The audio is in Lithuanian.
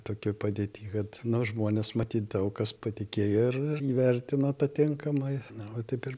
tokioj padėty kad nu žmonės matyt daug kas patikėjo ir ir įvertino patinkamai na va taip ir